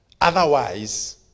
Otherwise